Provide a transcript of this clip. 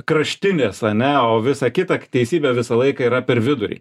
kraštinės ane o visa kita teisybė visą laiką yra per vidurį